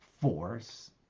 force